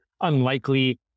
unlikely